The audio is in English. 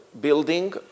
building